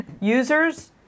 users